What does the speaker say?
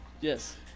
yes